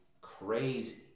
crazy